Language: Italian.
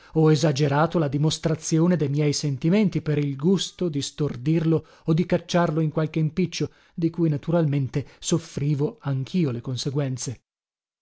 o esagerato la dimostrazione de miei sentimenti per il gusto di stordirlo o di cacciarlo in qualche impiccio di cui naturalmente soffrivo anchio le conseguenze